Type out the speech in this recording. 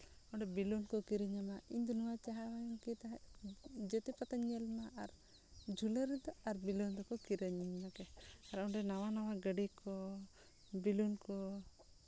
ᱚᱸᱰᱮ ᱵᱮᱞᱩᱱ ᱠᱚ ᱠᱤᱨᱤᱧᱟᱢᱟ ᱤᱧ ᱫᱚ ᱱᱚᱣᱟ ᱡᱟᱦᱟᱧ ᱤᱫᱤ ᱛᱟᱦᱮᱸᱫ ᱡᱮᱛᱮ ᱯᱟᱛᱟᱧ ᱧᱮᱞ ᱢᱟ ᱟᱨ ᱡᱷᱩᱞᱟᱹ ᱨᱮᱫᱚ ᱟᱨ ᱵᱮᱞᱩᱱ ᱫᱚᱠᱚ ᱠᱤᱨᱤᱧᱟᱹᱧ ᱢᱟᱜᱮ ᱟᱨ ᱚᱸᱰᱮ ᱱᱟᱣᱟ ᱱᱟᱣᱟ ᱜᱟᱹᱰᱤ ᱠᱚ ᱵᱮᱞᱩᱱ ᱠᱚ